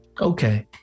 Okay